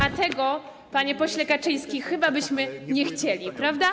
A tego, panie pośle Kaczyński, chyba byśmy nie chcieli, prawda?